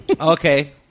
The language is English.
Okay